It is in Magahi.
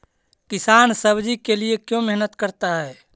किसान सब्जी के लिए क्यों मेहनत करता है?